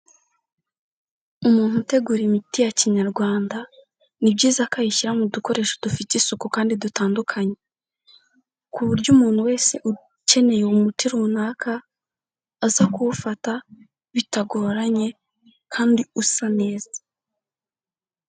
Umuntu utegura imiti ya kinyarwanda, ni byiza ko ayishyira mu dukoresho dufite isuku kandi dutandukanye. Kuburyo umuntu wese ukeneye umuti runaka, aza kuwufata bitagoranye, kandi usa neza.